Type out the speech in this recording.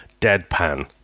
deadpan